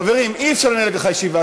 חברים, אי-אפשר לנהל ככה ישיבה.